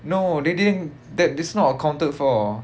no they didn't that it's not accounted for